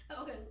Okay